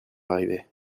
arrivé